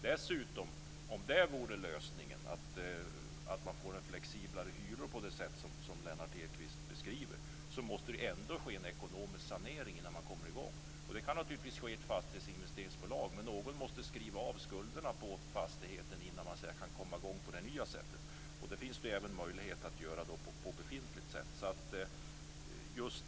Om flexibla hyror vore lösningen - på det sätt Lennart Hedquist har beskrivit det - måste det ändå ske en ekonomisk sanering innan det går att komma i gång. Det kan ske i ett fastighetsinvesteringsbolag. Men någon måste skriva av skulderna på fastigheten innan det går att komma i gång på det nya sättet. Det finns möjlighet att göra så med befintliga lösningar.